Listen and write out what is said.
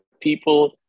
people